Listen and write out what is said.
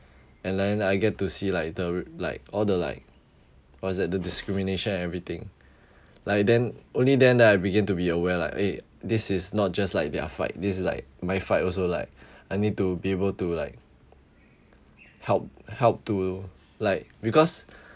and then I get to see like the like all the like what's that discrimination and everything like then only then then I began to be aware like eh this is not just like their fight this is like my fight also like I need to be able to like help help to like because